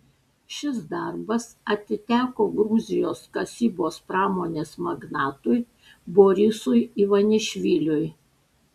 šis darbas atiteko gruzijos kasybos pramonės magnatui borisui ivanišviliui